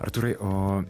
artūrai o